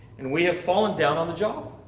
and we have fallen down on the job.